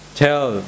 tell